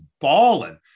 balling